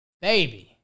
Baby